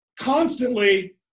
Constantly